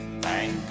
Thank